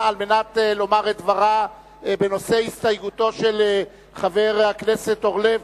לומר את דברה בנושא הסתייגותו של חבר הכנסת אורלב,